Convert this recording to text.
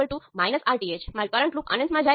તેથી V1 માત્ર હશે h12 × V2 હશે કારણ કે I1 એ 0 છે